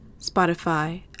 Spotify